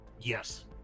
Yes